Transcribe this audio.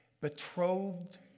betrothed